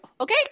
Okay